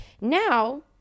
Now